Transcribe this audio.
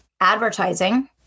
Advertising